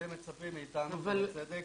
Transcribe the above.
אתם מצפים מאיתנו ובצדק